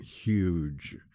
huge